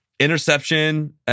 Interception